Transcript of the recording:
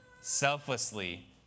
selflessly